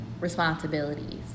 Responsibilities